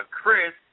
Chris